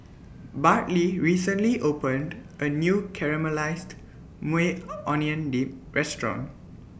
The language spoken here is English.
Bartley recently opened A New Caramelized Maui Onion Dip Restaurant